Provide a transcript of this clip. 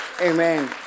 Amen